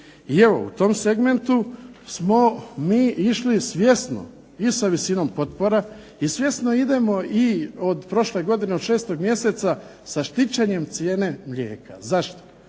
I evo u tom segmentu smo mi išli svjesno i sa visinom potpora i svjesno idemo i od prošle godine od 6. mjeseca sa štićenjem cijene mlijeka. Zašto?